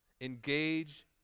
Engage